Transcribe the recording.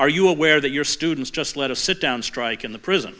are you aware that your students just let us sit down strike in the prison